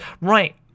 right